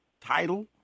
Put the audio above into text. title